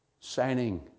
signing